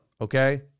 okay